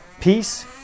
peace